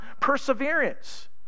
perseverance